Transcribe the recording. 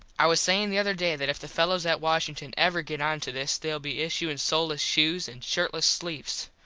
i was sayin the other day that if the fellos at washington ever get onto this theyll be issuin soleles shoes and shirtles sleves.